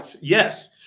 Yes